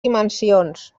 dimensions